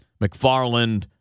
McFarland